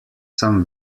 some